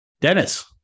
Dennis